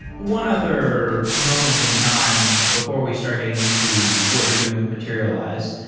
one other moment in time before we start getting into what you're doing with materialize,